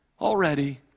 already